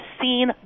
seen